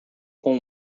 com